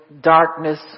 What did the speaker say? darkness